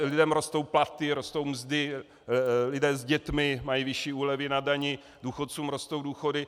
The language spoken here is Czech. Lidem rostou platy, rostou mzdy, lidé s dětmi mají vyšší úlevy na dani, důchodcům rostou důchody.